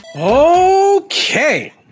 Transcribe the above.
Okay